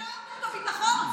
הפקרתם את הביטחון,